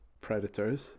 predators